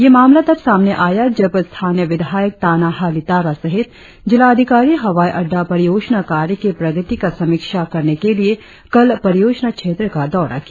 यह मामला तब सामने आया जब स्थानीय विधायक ताना हाली तारा सहित जिला अधिकारी हवाई अड़डा परियोजना कार्य की प्रगति का समीक्षा लेने के लिए कल परियोजना क्षेत्र का दौरा किया